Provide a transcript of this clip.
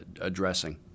addressing